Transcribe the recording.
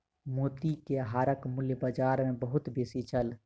मोती के हारक मूल्य बाजार मे बहुत बेसी छल